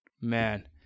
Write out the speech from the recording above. Man